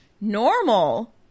Normal